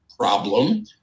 problem